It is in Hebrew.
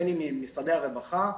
בין אם משרדי הרווחה,